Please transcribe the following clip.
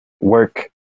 work